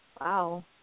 wow